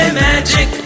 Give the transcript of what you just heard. magic